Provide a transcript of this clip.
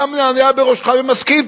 אתה מנענע בראשך ומסכים,